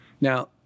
now